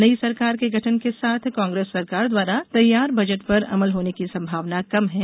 नई सरकार के गठन के साथ कांग्रेस सरकार द्वारा तैयार बजट पर अमल होने की संभावना कम है